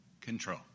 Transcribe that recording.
control